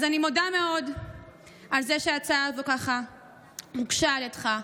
אז אני מודה מאוד על שההצעה הזו הוגשה על ידך,